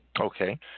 Okay